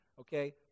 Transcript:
okay